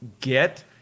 get